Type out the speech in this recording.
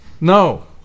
No